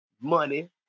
money